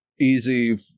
easy